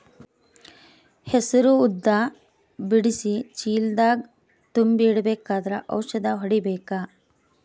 ಹೆಸರು ಉದ್ದ ಬಿಡಿಸಿ ಚೀಲ ದಾಗ್ ತುಂಬಿ ಇಡ್ಬೇಕಾದ್ರ ಔಷದ ಹೊಡಿಬೇಕ?